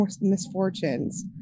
misfortunes